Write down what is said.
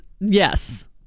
Yes